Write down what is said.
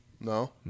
No